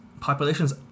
populations